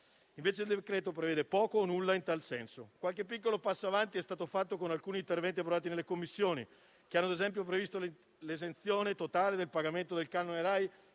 Invece il decreto-legge prevede poco o nulla in tal senso. Qualche piccolo passo avanti è stato fatto con alcuni interventi approvati nelle Commissioni, che hanno previsto ad esempio l'esenzione totale dal pagamento del canone RAI